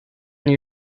your